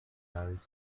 narrative